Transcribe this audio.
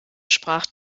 sprach